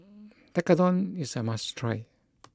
Tekkadon is a must try